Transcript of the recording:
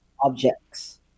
objects